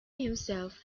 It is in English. himself